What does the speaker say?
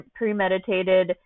premeditated